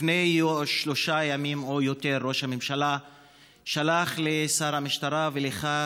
לפני שלושה ימים או יותר ראש הממשלה שלח לשר המשטרה ולך,